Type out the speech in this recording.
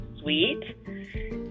sweet